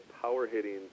power-hitting